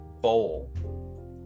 bowl